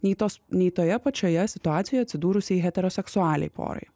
nei tos nei toje pačioje situacijoje atsidūrusį heteroseksualiai porai